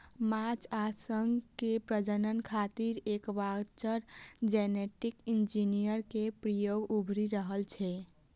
माछ आ शंख के प्रजनन खातिर एक्वाकल्चर जेनेटिक इंजीनियरिंग के प्रयोग उभरि रहल छै